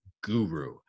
guru